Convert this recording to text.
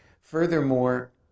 Furthermore